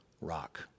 rock